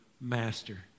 Master